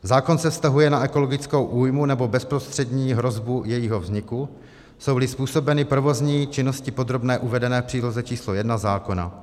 Zákon se vztahuje na ekologickou újmu nebo bezprostřední hrozbu jejího vzniku, jsouli způsobeny provozní činností podrobně uvedenou v příloze číslo 1 zákona.